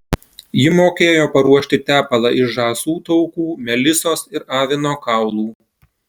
ji mokėjo paruošti tepalą iš žąsų taukų melisos ir avino kaulų